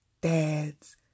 Dads